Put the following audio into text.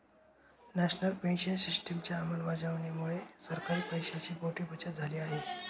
national pension सिस्टिमच्या अंमलबजावणीमुळे सरकारी पैशांची मोठी बचत झाली आहे